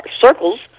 circles